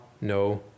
no